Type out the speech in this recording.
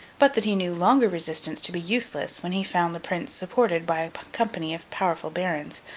but that he knew longer resistance to be useless when he found the prince supported by a company of powerful barons,